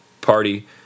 Party